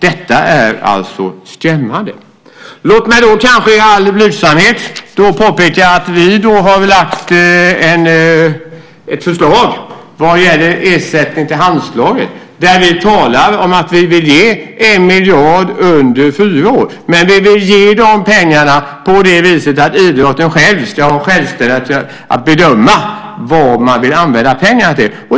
Detta är skrämmande. Låt mig i all blygsamhet påpeka att vi har lagt fram ett förslag vad gäller ersättning till Handslaget, där vi talar om att vi vill ge en miljard under fyra år, men vi vill ge pengarna på det viset att idrotten självständigt ska få bedöma vad man vill använda pengarna till.